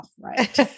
right